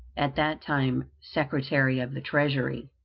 at that time secretary of the treasury.